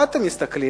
מה אתם מסתכלים?